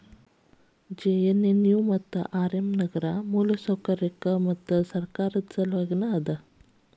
JNNU ಮತ್ತು R M ನಗರ ಮೂಲಸೌಕರ್ಯಕ್ಕ ಮತ್ತು ಸರ್ಕಾರದ್ ಸಲವಾಗಿ ಅದ